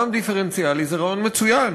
מע"מ דיפרנציאלי זה רעיון מצוין,